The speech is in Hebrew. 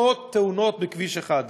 מאות תאונות בכביש אחד.